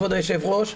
כבוד היושב ראש,